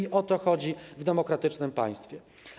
I o to chodzi w demokratycznym państwie.